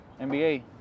NBA